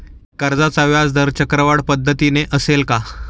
कर्जाचा व्याजदर चक्रवाढ पद्धतीने असेल का?